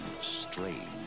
strange